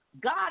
God